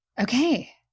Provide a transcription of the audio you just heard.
Okay